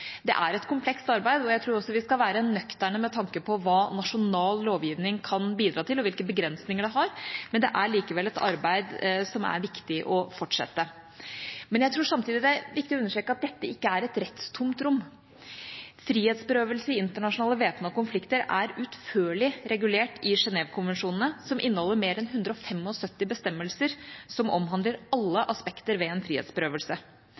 Det er et komplekst arbeid, og jeg tror vi skal være nøkterne med tanke på hva nasjonal lovgivning kan bidra til og hvilke begrensninger det har, men det er likevel et arbeid som det er viktig å fortsette. Samtidig tror jeg det er viktig å understreke at dette ikke er et rettstomt rom. Frihetsberøvelse i internasjonale væpnete konflikter er utførlig regulert i Genèvekonvensjonene, som inneholder mer enn 175 bestemmelser som omhandler alle aspekter ved en frihetsberøvelse.